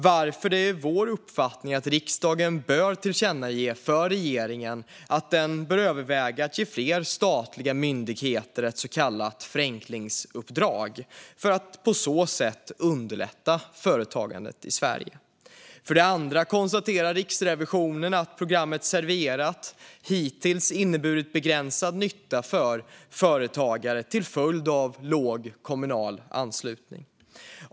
Därför är det vår uppfattning att riksdagen bör tillkännage för regeringen att den bör överväga att ge fler statliga myndigheter ett så kallat förenklingsuppdrag för att på så sätt underlätta företagandet i Sverige. För det andra konstaterar Riksrevisionen att programmet Serverat hittills inneburit begränsad nytta för företagare till följd av låg kommunal anslutning.